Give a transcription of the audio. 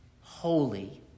holy